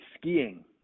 skiing